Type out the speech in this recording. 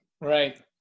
Right